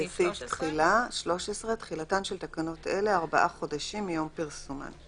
תחילה תחילתן של תקנות אלה ארבעה חודשים מיום פרסומן.